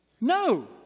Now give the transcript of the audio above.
No